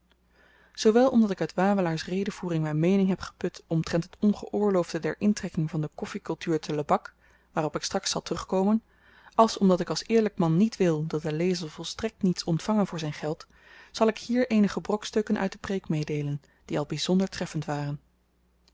zoowel omdat ik uit wawelaars redevoering myn meening heb geput omtrent het ongeoorloofde der intrekking van de koffikultuur te lebak waarop ik straks zal terugkomen als omdat ik als eerlyk man niet wil dat de lezer volstrekt niets ontvange voor zyn geld zal ik hier eenige brokstukken uit de preek meedeelen die al byzonder treffend waren